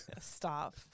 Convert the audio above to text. stop